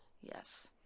yes